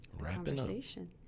conversation